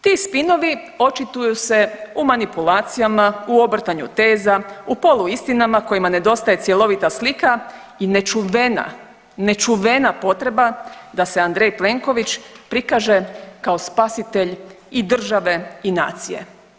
Ti spinovi očituju se u manipulacijama, u obrtanju teza, u poluistinama kojima nedostaje cjelovita slika i nečuvena, nečuvena potreba da se Andrej Plenković prikaže kao spasitelj i države i nacije.